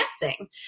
dancing